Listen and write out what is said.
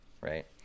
right